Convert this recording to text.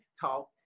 talk